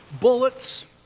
Bullets